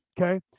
okay